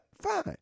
fine